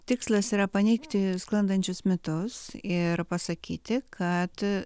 tikslas yra paneigti sklandančius mitus ir pasakyti kad